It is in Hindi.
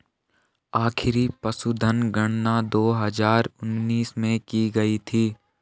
आखिरी पशुधन गणना दो हजार उन्नीस में की गयी थी